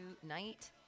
tonight